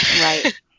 Right